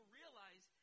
realize